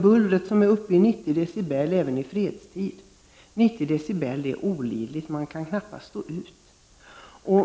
Bullret är uppe i 90 decibel även under fredstid. Man kan knappast stå ut med 90 decibel. Det är olidligt.